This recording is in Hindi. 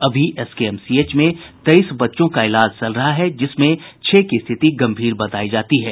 अभी एसकेएमसीएच में तेईस बच्चों का इलाज चल रहा है जिसमें छह की स्थिति गम्भीर बतायी जाती है